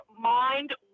mind